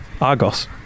Argos